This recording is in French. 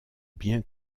bien